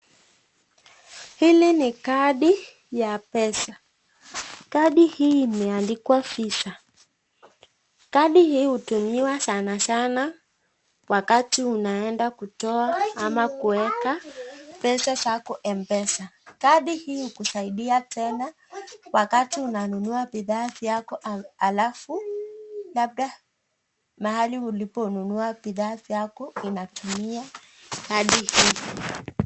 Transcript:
Hili ni kadi ya pesa. Kadi hii imeandikwa VISA, kadi hii hutumiwa sana sana wakati unaenda kutoa ama kuweka pesa zako mpesa. Kadi hii husaidia tena wakati unanunua bidhaa vyako alafu labda mahali ulikuwa umenunua bidhaa vyako inatumia kadi hii.